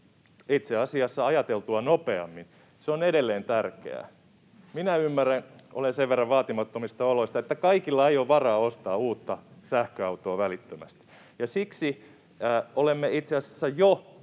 itse asiassa ajateltua nopeammin — ovat edelleen tärkeitä. Minä ymmärrän — olen sen verran vaatimattomista oloista — että kaikilla ei ole varaa ostaa sähköautoa välittömästi, ja siksi olemme itse asiassa jo